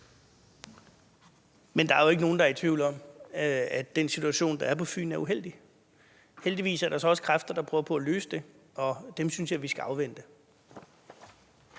Men der er jo ikke nogen, der er i tvivl om, at den situation, der er på Fyn, er uheldig. Heldigvis er der så også kræfter, der prøver på at løse det, og det synes jeg vi skal afvente.